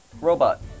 Robot